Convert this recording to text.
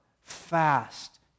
fast